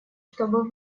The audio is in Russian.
чтобы